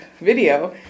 video